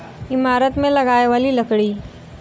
ईमारत मे लगाए वाली लकड़ी